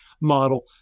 model